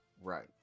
Right